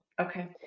Okay